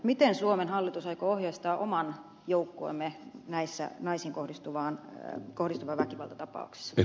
miten suomen hallitus aikoo ohjeistaa oman joukkueemme näissä naisiin kohdistuvissa väkivaltatapauksissa